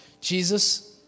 Jesus